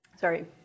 Sorry